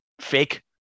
fake